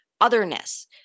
Otherness